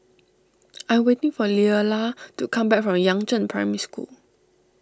I waiting for Leala to come back from Yangzheng Primary School